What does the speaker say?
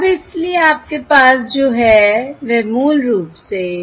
और अब इसलिए आपके पास जो है वह मूल रूप से